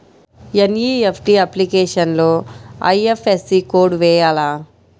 NEFT అప్లికేషన్లో IFSC code వేయాలా?